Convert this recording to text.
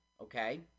okay